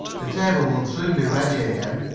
the table will soon be ready again.